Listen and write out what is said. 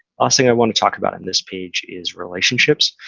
last thing i want to talk about in this page is relationships.